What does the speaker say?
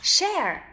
Share